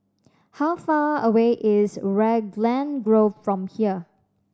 how far away is Raglan Grove from here